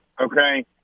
okay